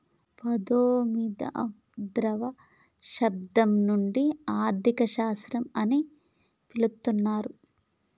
పంతొమ్మిదవ శతాబ్దం నుండి ఆర్థిక శాస్త్రం అని పిలుత్తున్నరు